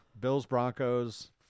Bills-Broncos